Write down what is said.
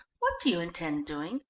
what do you intend doing?